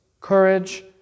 courage